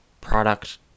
product